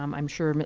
um i'm sure, but